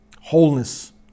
wholeness